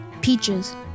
peaches